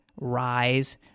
rise